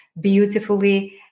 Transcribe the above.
beautifully